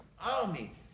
army